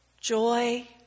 joy